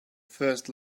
first